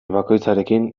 bakoitzarekin